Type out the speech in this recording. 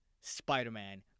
Spider-Man